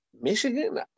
Michigan